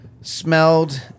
smelled